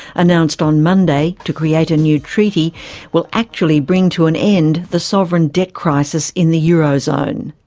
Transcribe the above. announced on monday, to create a new treaty will actually bring to an end the sovereign debt crisis in the euro zone.